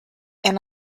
and